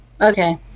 Okay